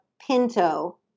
Pinto